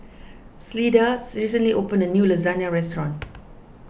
Clyda recently opened a new Lasagne restaurant